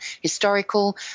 historical